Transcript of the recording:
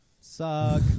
Suck